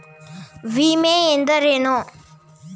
ವಿಮೆ ಎಂದರೇನು?